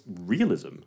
realism